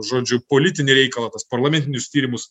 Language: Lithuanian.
žodžiu politinį reikalą tuos parlamentinius tyrimus